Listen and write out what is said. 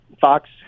Fox